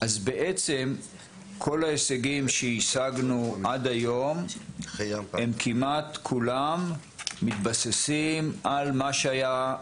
אז בעצם כל ההישגים שהשגנו עד היום הם כמעט כולם מתבססים על מה שהיה,